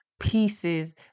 pieces